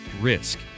risk